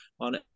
on